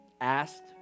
asked